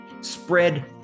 spread